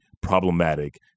problematic